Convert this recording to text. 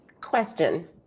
Question